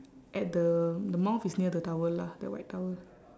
at the the mouth is near the towel lah the white towel